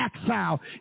exile